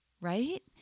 Right